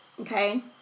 Okay